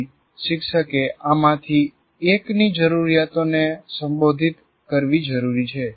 પછી શિક્ષકે આમાંથી એકની જરૂરિયાતોને સંબોધિત કરવી જરૂરી છે